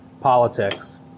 politics